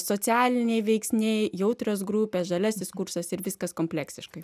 socialiniai veiksniai jautrios grupės žaliasis kursas ir viskas kompleksiškai